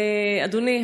אדוני,